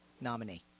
nominee